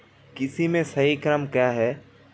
कृषि में सही क्रम क्या है?